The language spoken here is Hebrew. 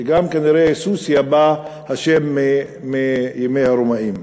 וכנראה השם גם הוא מימי הרומאים.